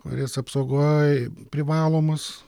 kuris apsaugoj privalomas